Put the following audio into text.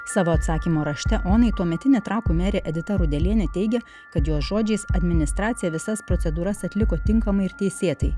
savo atsakymo rašte onai tuometinė trakų merė edita rudelienė teigia kad jos žodžiais administracija visas procedūras atliko tinkamai ir teisėtai